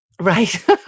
Right